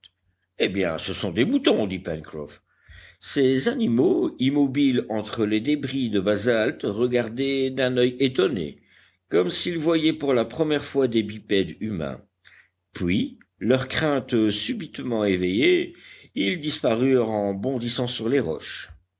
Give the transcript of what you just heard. eh bien ce sont des moutons dit pencroff ces animaux immobiles entre les débris de basalte regardaient d'un oeil étonné comme s'ils voyaient pour la première fois des bipèdes humains puis leur crainte subitement éveillée ils disparurent en bondissant sur les roches